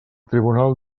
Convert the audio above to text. tribunal